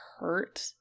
hurt